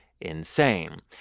insane